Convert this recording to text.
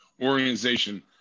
organization